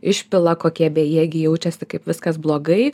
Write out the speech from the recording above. išpila kokie bejėgiai jaučiasi kaip viskas blogai